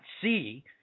see